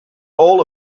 all